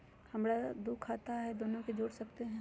हमरा दू खाता हय, दोनो के जोड़ सकते है?